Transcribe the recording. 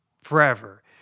forever